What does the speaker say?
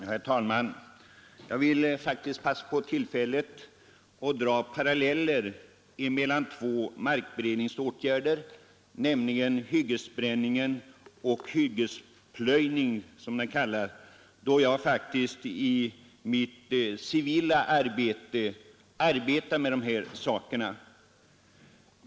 Herr talman! Jag vill passa på detta tillfälle att dra en parallell mellan två markberedningsmetoder, nämligen hyggesbränningen och hyggesplöjningen, eftersom jag i mitt civila arbete sysslar med dessa saker.